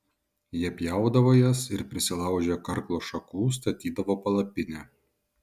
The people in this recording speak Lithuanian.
jie pjaudavo jas ir prisilaužę karklo šakų statydavo palapinę